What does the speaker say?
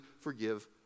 forgive